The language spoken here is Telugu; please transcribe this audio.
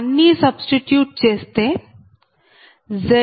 అన్నీ సబ్స్టిట్యూట్ చేస్తే ZBUSNEW0